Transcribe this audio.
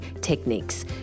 techniques